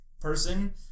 person